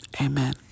Amen